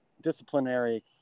disciplinary